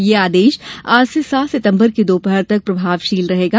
यह आदेश आज से सात सितंबर की दोपहर तक प्रभावशील रहेगा